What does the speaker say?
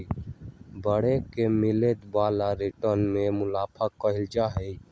bond से मिले वाला रिटर्न के मुनाफा कहल जाहई